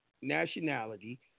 nationality